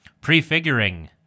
prefiguring